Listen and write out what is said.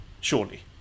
surely